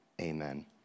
amen